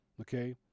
Okay